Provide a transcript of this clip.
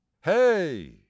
Hey